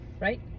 Right